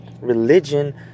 religion